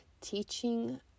teaching